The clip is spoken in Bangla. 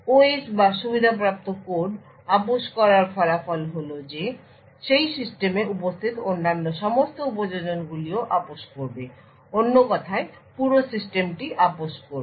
OS বা সুবিধাপ্রাপ্ত কোড আপস করার ফলাফল হল যে সেই সিস্টেমে উপস্থিত অন্যান্য সমস্ত উপযোজনগুলিও আপস করবে অন্য কথায় পুরো সিস্টেমটি আপস করবে